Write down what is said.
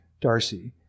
Darcy